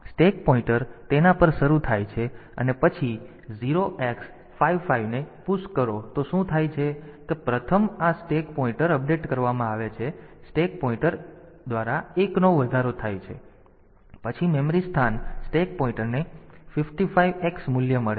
તેથી stack pointer તેના પર શરૂ થાય છે અને પછી 0x55 ને પુશ કરો તો શું થાય છે કે પ્રથમ આ સ્ટેક પોઇન્ટર અપડેટ કરવામાં આવે છે સ્ટેક પોઇન્ટર 1 દ્વારા વધારો થાય છે પછી મેમરી સ્થાન સ્ટેક પોઇન્ટરને 55 x મૂલ્ય મળે છે